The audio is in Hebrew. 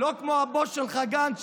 לא כמו הבוס שלך גנץ,